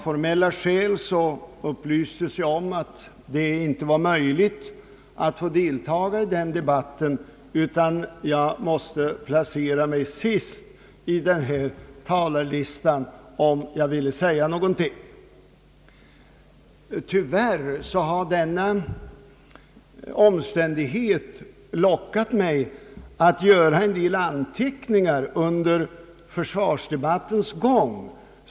Emellertid upplystes jag om att det av formella skäl inte var möjligt att få deltaga i den debatten, utan att jag måste placera mig sist på talarlistan om jag ville säga någonting. Tyvärr har denna omständighet lockat mig att göra en del anteckningar under försvarsdebattens gång.